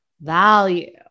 value